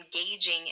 engaging